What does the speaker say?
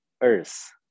earth